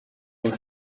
will